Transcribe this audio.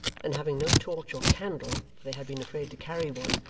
and having no torch or candle for they had been afraid to carry one,